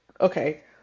Okay